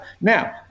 Now